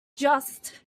just